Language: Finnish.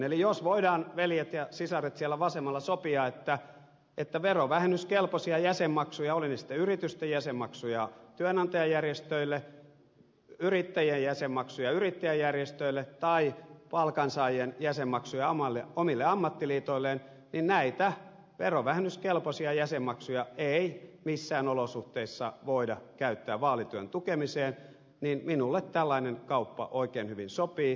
eli jos voidaan veljet ja sisaret siellä vasemmalla sopia että verovähennyskelpoisia jäsenmaksuja ei missään olosuhteissa voida käyttää vaalityön tukemiseen olivat ne sitten yritysten jäsenmaksuja työnantajajärjestöille yrittäjien jäsenmaksuja yrittäjäjärjestöille tai palkansaajien jäsenmaksuja omille ammattiliitoilleen näitä verovähennyskelpoisia jäsenmaksuja ei missään olosuhteissa voida käyttää vaalityön tukemiseen niin minulle tällainen kauppa oikein hyvin sopii